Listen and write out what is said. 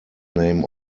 name